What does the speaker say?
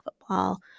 football